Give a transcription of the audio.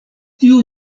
tiu